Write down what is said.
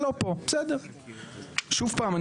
וחשוב לי